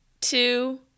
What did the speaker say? two